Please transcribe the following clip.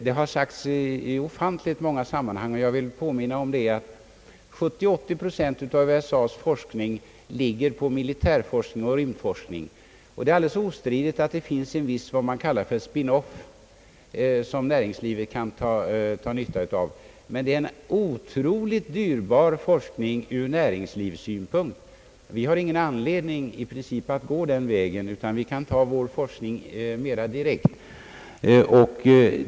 Det har framhållits i ofantligt många sammanhang — och även jag vill påminna om detta — att 70—80 procent av USA:s forskning är militäroch rymdforskning. Det är ostridigt att det finns en s.k. spin off, som näringslivet kan dra nytta av, men det är en oerhört dyr forskning från näringslivssynpunkt. Vi har i princip ingen anledning att gå denna väg utan kan bedriva vår forskning mera direkt.